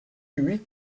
huit